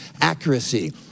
accuracy